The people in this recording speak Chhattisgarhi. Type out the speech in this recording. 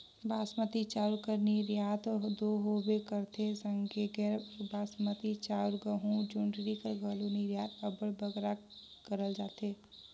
बासमती चाँउर कर निरयात दो होबे करथे संघे गैर बासमती चाउर, गहूँ, जोंढरी कर घलो निरयात अब्बड़ बगरा करल जाथे